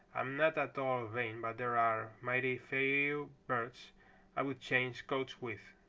i'm not at all vain, but there are mighty few birds i would change coats with.